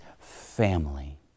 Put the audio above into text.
family